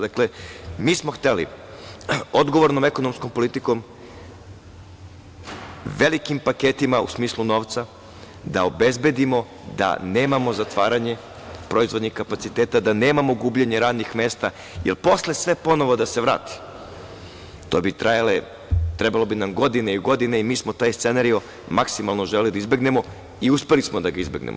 Dakle, mi smo hteli odgovornom ekonomskom politikom, velikim paketima u smislu novca da obezbedimo da nemamo zatvaranje proizvodnih kapaciteta, da nemamo gubljenje radnih mesta, jer posle sve ponovo da se vrati trebale bi nam godine i godine i mi smo taj scenario maksimalno želeli da izbegnemo i uspeli smo da ga izbegnemo.